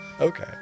Okay